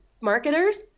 marketers